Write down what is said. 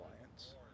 alliance